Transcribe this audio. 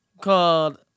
called